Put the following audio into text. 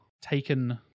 taken